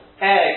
egg